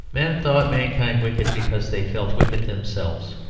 men thought mankind wicked because they felt wicked themselves.